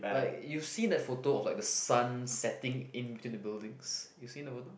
like you see that photo of like the sun setting in between the buildings you seen the photo